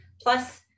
Plus